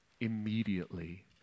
Immediately